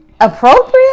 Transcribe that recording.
Appropriate